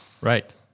right